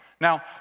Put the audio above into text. Now